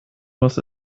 muss